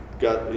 got